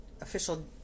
official